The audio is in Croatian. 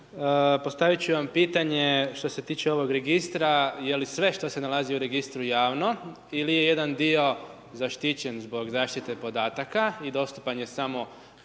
Postavit ću vam pitanje što se tiče ovog registra, je li sve što se nalazi u registru javno ili je jedan dio zaštićen zbog zaštite podataka i dostupan je samo